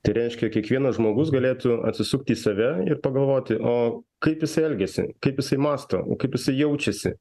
tai reiškia kiekvienas žmogus galėtų atsisukti į save ir pagalvoti o kaip jisai elgiasi kaip jisai mąsto kaip jisai jaučiasi